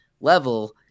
level